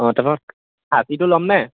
অঁ তাৰপৰা খাহীটো ল'মনে